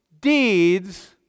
deeds